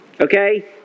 Okay